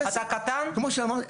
כמו שאמרתי,